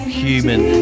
human